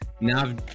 Now